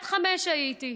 בת חמש הייתי.